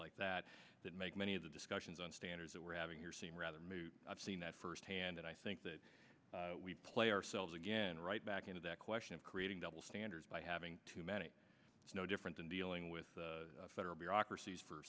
like that that make many of the discussions on standards that we're having here seem rather moot i've seen that firsthand and i think that we play ourselves again right back into that question of creating double standards by having too many it's no different than dealing with federal bureaucracies for